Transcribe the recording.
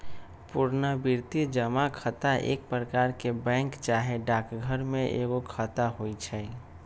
पुरनावृति जमा खता एक प्रकार के बैंक चाहे डाकघर में एगो खता होइ छइ